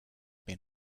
been